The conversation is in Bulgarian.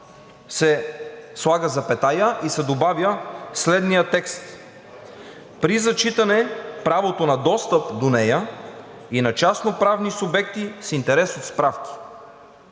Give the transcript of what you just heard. се слага запетая и се добавя следният текст: „При зачитане правото на достъп до нея и на частноправни субекти с интерес от справки.“